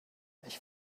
ich